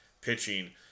pitching